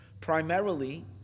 Primarily